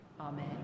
Amen